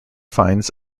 finds